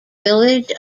village